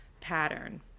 pattern